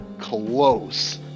close